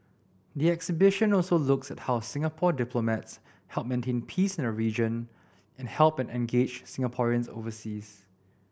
the exhibition also looks at how Singapore diplomats help maintain peace in the region and help and engage Singaporeans overseas